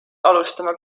alustama